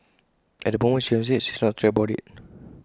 at the moment she enjoys IT she's not stressed about IT